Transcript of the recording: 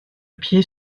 pied